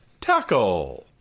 Tackle